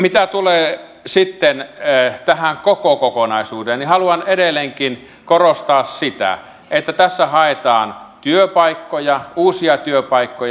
mitä tulee sitten tähän koko kokonaisuuteen niin haluan edelleenkin korostaa sitä että tässä haetaan uusia työpaikkoja